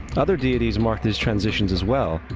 other deities mark these transitions as well,